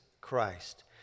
Christ